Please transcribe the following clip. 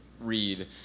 read